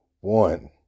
one